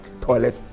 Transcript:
Toilet